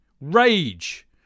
Rage